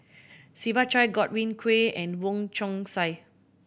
Siva Choy Godwin Koay and Wong Chong Sai